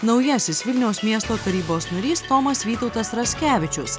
naujasis vilniaus miesto tarybos narys tomas vytautas raskevičius